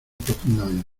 profundamente